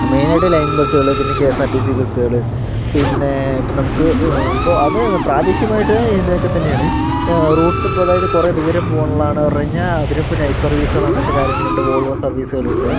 മെയിനായിട്ട് ലൈൻ ബസ്സുകള് പിന്നെ K S R T C ബസ്സുകള് പിന്നെ ഇപ്പോൾ നമുക്ക് ഇപ്പോൾ അത് പ്രാദേശികമായിട്ട് ഇതൊക്കെ തന്നെയാണ് റൂട്ടിപ്പോൾ അതായത് കുറേ ദൂരം പോകാനുള്ളതാണെന്ന് പറഞ്ഞാൽ അതിനിപ്പോൾ നൈറ്റ് സർവീസുകൾ അങ്ങയുള്ള കാര്യങ്ങളുണ്ട് വോൾവോ സർവീസുകളുണ്ട്